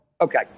okay